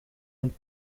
een